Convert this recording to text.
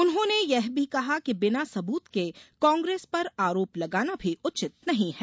उन्होंने ये भी कहा कि बिना सबूत के कांग्रेस पर आरोप लगाना भी उचित नही है